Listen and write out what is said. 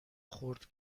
خرد